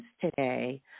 today